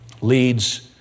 leads